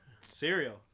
Cereal